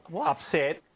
upset